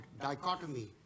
dichotomy